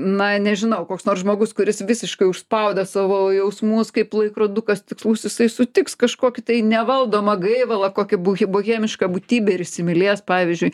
na nežinau koks nors žmogus kuris visiškai užspaudęs savo jausmus kaip laikrodukas tikslus jisai sutiks kažkokį tai nevaldomą gaivalą kokį bohemišką būtybę ir įsimylės pavyzdžiui